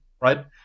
right